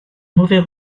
mauvais